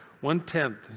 One-tenth